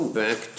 back